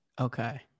Okay